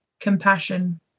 compassion